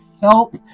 help